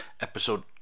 episode